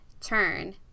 turn